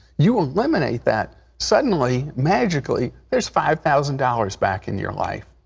you eliminate that, suddenly, magically, there's five thousand dollars back in your life.